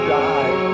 die